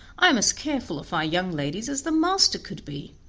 i am as careful of our young ladies as the master could be,